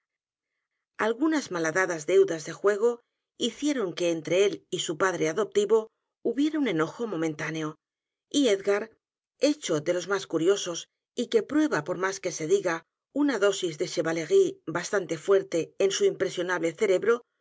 algunas malhadadas deudas de juego hicieron que entre él y su padre adoptivo hubiera un enojo momentáneo y e d g a r hecho de los más curiosos y que prueba por más que se diga una dosis de chevalerie bastante fuerte en su impresionable cerebro